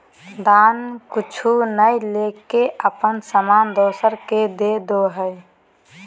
दान कुछु नय लेके अपन सामान दोसरा के देदो हइ